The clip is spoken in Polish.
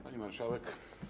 Pani Marszałek!